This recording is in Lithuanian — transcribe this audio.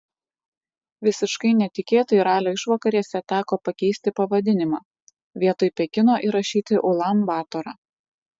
visiškai netikėtai ralio išvakarėse teko pakeisti pavadinimą vietoj pekino įrašyti ulan batorą